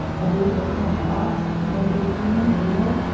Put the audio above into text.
i believe this went to um may eighteen for?